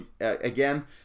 again